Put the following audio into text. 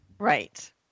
Right